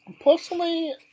Personally